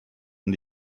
und